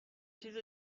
چیز